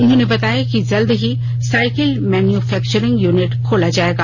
उन्होंने बताया कि जल्द ही साइकिल मैन्युफैक्चरिंग यूनिट खोला जाएगा